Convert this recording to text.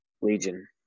Legion